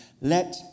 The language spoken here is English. Let